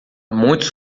muitos